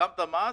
שילמת מס,